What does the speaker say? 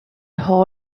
hall